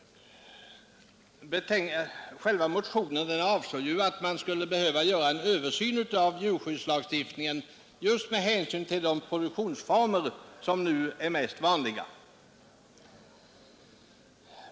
Själva motionen avsåg ju att man skulle behöva göra en översyn av djurskyddslagstiftningen just med hänsyn till de produktionsformer som nu är mest vanliga.